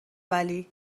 ولی